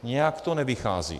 Nějak to nevychází.